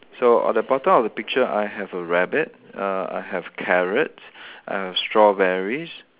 so on the bottom of the picture I have a rabbit uh I have carrots I have strawberries